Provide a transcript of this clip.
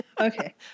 okay